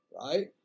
right